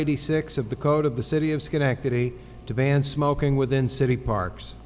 eighty six of the code of the city of schenectady to ban smoking within city parks